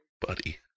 buddy